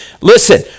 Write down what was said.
Listen